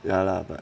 ya lah but